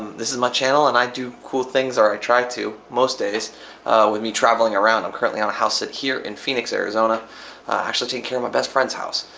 this is my channel, and i do cool things or i try to most days with me traveling around. i'm currently on a house sit here in phoenix, arizona acually taking care of my best friend's house.